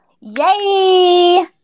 Yay